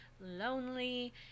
lonely